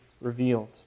revealed